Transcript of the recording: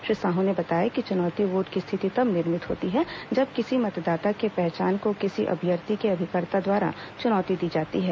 श्री साहू ने बताया कि चुनौती वोट की स्थिति तब निर्मित होती है जब किसी मतदाता के पहचान को किसी अभ्यर्थी के अभिकर्ता द्वारा चुनौती दी जाती है